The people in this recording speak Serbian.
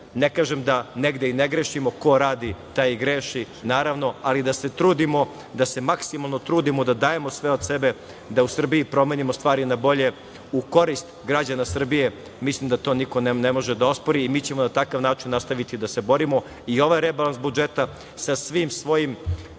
Ne kažem da negde i ne grešimo. Ko radi taj i greši, naravno, ali da se trudimo, da se maksimalno trudimo da dajemo sve od sebe da u Srbiji promenimo stvari na bolje u korist građana Srbije. Mislim da to niko ne može da ospori i mi ćemo na takav način nastaviti da se borimo. Ovaj rebalans budžeta sa svim svojim